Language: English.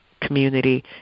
community